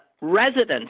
residents